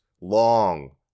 Long